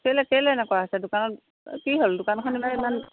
কেলে কেলে এনেকুৱা হৈছে দোকানত কি হ'ল দোকানখন ইমান